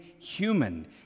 human